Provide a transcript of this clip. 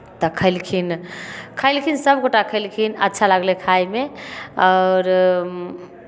तऽ खयलखिन खयलखिन सभ गोटा खयलखिन अच्छा लगलै खायमे आओर